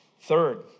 Third